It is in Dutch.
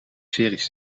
series